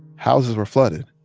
houses were flooded.